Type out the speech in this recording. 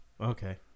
Okay